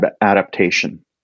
adaptation